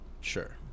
Sure